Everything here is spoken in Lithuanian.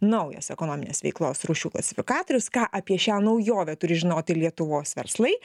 naujas ekonominės veiklos rūšių klasifikatorius ką apie šią naujovę turi žinoti lietuvos verslai